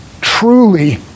truly